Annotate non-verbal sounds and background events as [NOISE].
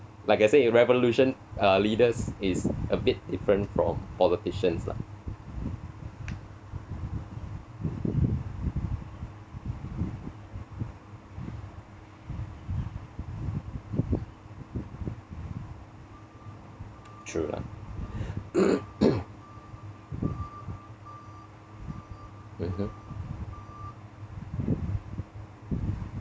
like I said in revolution uh leaders is a bit different from politicians lah true lah [COUGHS] mmhmm